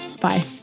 Bye